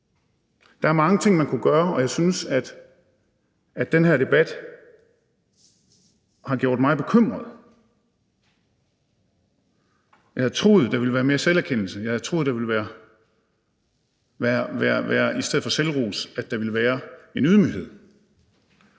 Der er mange ting, man kunne gøre, og jeg synes, at den her debat har gjort mig bekymret. Jeg havde troet, at der ville være mere selverkendelse; jeg havde troet, at der i stedet for selvros ville være en ydmyghed.